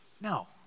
No